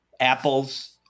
Apples